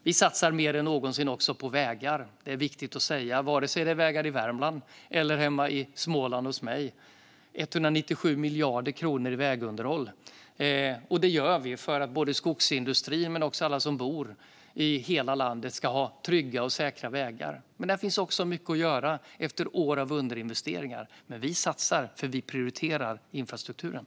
Det är viktigt att säga att vi också satsar mer än någonsin på vägar, vare sig det är vägar i Värmland eller vägar hemma hos mig i Småland: 197 miljarder i vägunderhåll. Detta gör vi för att både skogsindustrin och alla som bor i hela vårt land ska ha trygga och säkra vägar. Där finns mycket att göra efter år av underinvesteringar, men vi satsar därför att vi prioriterar infrastrukturen.